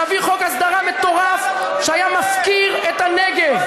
להביא חוק הסדרה מטורף שהיה מפקיר את הנגב,